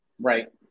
right